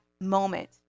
moment